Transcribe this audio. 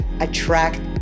attract